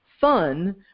fun